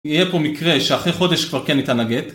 יהיה פה מקרה שאחרי חודש כבר כן ניתן הגט